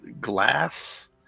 glass